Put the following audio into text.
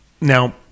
now